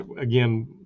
Again